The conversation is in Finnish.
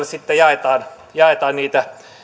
sitten jaetaan jaetaan niitä